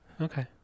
okay